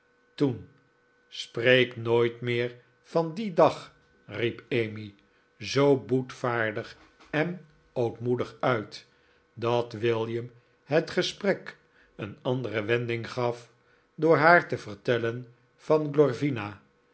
toen spreek nooit meer van dien dag riep emmy zoo boetvaardig en ootmoedig uit dat william het gesprek een andere wending gaf door haar te vertellen van